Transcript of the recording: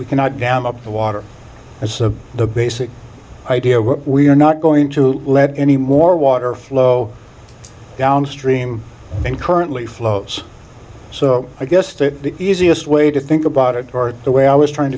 we cannot dam up the water as the basic idea what we're not going to let any more water flow downstream and currently flows so i guess the easiest way to think about it the way i was trying